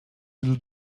little